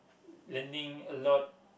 learning a lot